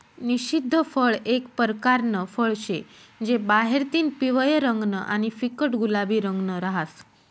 निषिद्ध फळ एक परकारनं फळ शे जे बाहेरतीन पिवयं रंगनं आणि फिक्कट गुलाबी रंगनं रहास